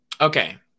Okay